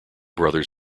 brothers